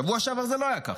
בשבוע שעבר זה לא היה ככה.